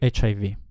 HIV